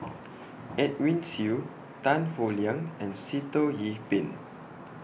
Edwin Siew Tan Howe Liang and Sitoh Yih Pin